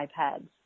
iPads